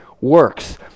works